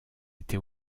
été